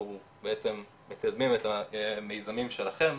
אנחנו בעצם מקדמים את המיזמים שלכם,